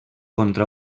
contra